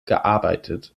gearbeitet